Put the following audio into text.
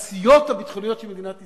התעשיות הביטחוניות של מדינת ישראל,